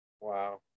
Wow